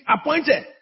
appointed